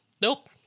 Nope